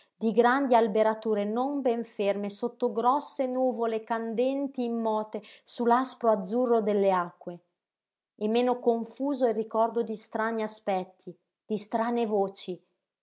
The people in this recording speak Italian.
di grandi alberature non ben ferme sotto grosse nuvole candenti immote su l'aspro azzurro delle acque e meno confuso il ricordo di strani aspetti di strane voci